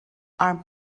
are